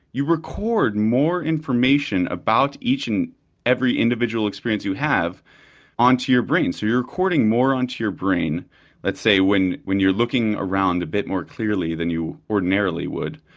you record more information about each and every individual experience you have on to your brain. so you're recording more on to your brain let's say, when when you're looking around a bit more clearly than you ordinarily would.